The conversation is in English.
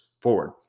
forward